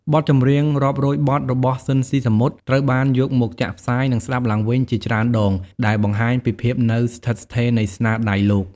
បទចម្រៀងរាប់រយបទរបស់ស៊ីន ស៊ីសាមុត ត្រូវបានយកមកចាក់ផ្សាយ និងស្ដាប់ឡើងវិញជាច្រើនដង ដែលបង្ហាញពីភាពនៅស្ថិតស្ថេរនៃស្នាដៃលោក ។